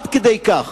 עד כדי כך.